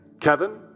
Kevin